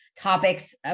topics